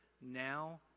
Now